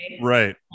right